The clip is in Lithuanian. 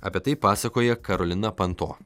apie tai pasakoja karolina panto